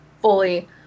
fully